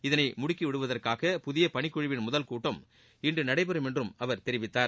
இதனை முடுக்கி விடுவதற்காக புதிய பணிக்குழுவின் முதல் கூட்டம் இன்று நடைபெறம் என்று அவர் தெரிவித்தார்